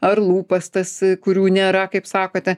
ar lūpas tas kurių nėra kaip sakote